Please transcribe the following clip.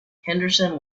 henderson